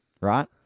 right